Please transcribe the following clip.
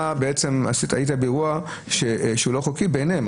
אתה היית באירוע לא חוקי בעיניהם.